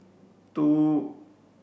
two